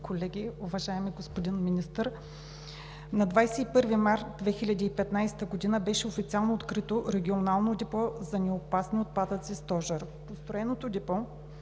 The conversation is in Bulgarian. колеги, уважаеми господин Министър! На 21 март 2015 г. беше официално открито регионално депо за неопасни отпадъци – Стожер, построено като